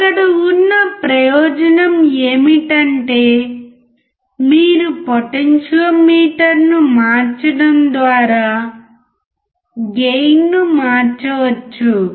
ఇక్కడ ఉన్న ప్రయోజనం ఏమిటంటే మీరు పొటెన్షియోమీటర్ను మార్చడం ద్వారా గెయిన్ను మార్చవచ్చు